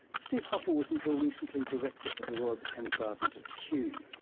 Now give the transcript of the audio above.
steve hopper was until recently director of the royal botanic gardens at kew,